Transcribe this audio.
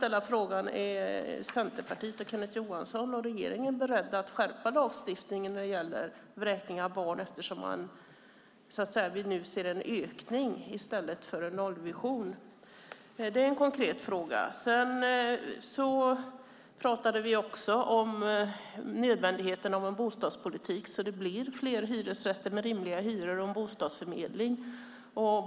Är Centerpartiet, Kenneth Johansson och regeringen beredda att skärpa lagstiftningen när det gäller vräkning av barn, eftersom vi nu ser en ökning i stället för en nollvision? Det är en konkret fråga. Vi pratade också om nödvändigheten av en bostadspolitik som gör att det blir fler hyresrätter med rimliga hyror och en bostadsförmedling.